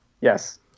Yes